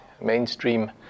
mainstream